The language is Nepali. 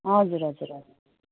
हजुर हजुर हजुर